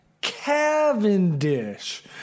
Cavendish